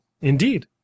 Indeed